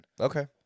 Okay